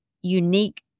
unique